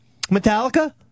Metallica